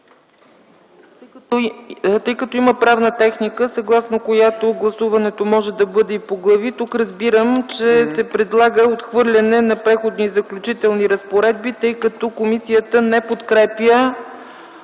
Тъй като има правна техника, съгласно която гласуването може да бъде и по глави, тук разбирам, че се предлага отхвърляне на Преходни и заключителни разпоредби, тъй като комисията не подкрепя